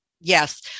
Yes